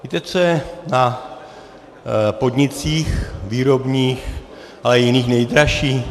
Víte, co je na podnicích, výrobních, ale i jiných, nejdražší?